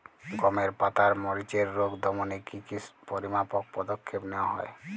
গমের পাতার মরিচের রোগ দমনে কি কি পরিমাপক পদক্ষেপ নেওয়া হয়?